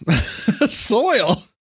Soil